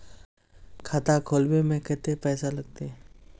खाता खोलबे में कते पैसा लगते?